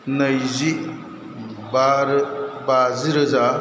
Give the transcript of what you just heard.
नैजि बा बाजि रोजा